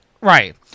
Right